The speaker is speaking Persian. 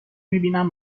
میبینیم